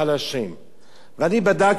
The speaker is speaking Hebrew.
ואני בדקתי מה קורה בעולם,